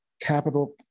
capital